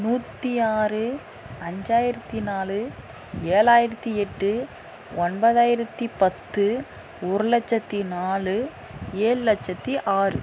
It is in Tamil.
நூற்றி ஆறு அஞ்சாயிரத்து நாலு ஏழாயிரத்து எட்டு ஒன்பதாயிரத்து பத்து ஒரு லட்சத்து நாலு ஏழு லட்சத்து ஆறு